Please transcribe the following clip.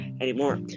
anymore